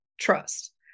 trust